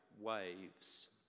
waves